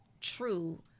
true